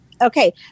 Okay